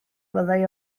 fyddai